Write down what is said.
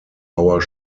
our